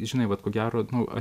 žinai vat ko gero nu